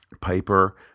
piper